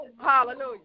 Hallelujah